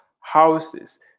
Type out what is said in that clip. houses